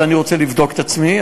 אבל אני רוצה לבדוק את עצמי.